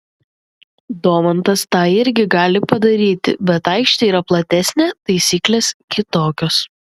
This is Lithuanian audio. domantas tą irgi gali padaryti bet aikštė yra platesnė taisyklės kitokios